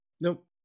Nope